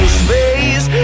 space